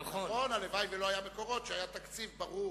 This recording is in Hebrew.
הלוואי שלא היו מקורות והיה תקציב ברור.